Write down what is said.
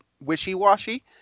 wishy-washy